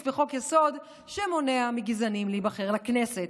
בחוק-יסוד שמונע מגזענים להיבחר לכנסת.